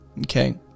Okay